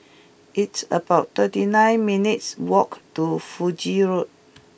it's about thirty nine minutes' walk to Fiji Road